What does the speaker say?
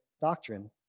doctrine